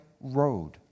road